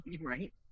Right